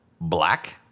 black